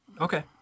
Okay